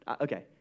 Okay